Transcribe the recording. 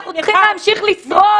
אנחנו צריכים להמשיך לשרוד.